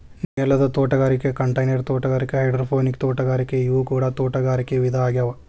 ನೆಲದ ತೋಟಗಾರಿಕೆ ಕಂಟೈನರ್ ತೋಟಗಾರಿಕೆ ಹೈಡ್ರೋಪೋನಿಕ್ ತೋಟಗಾರಿಕೆ ಇವು ಕೂಡ ತೋಟಗಾರಿಕೆ ವಿಧ ಆಗ್ಯಾವ